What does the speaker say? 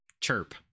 chirp